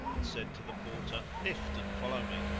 and said to the porter, lift and follow me.